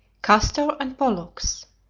castor and pollux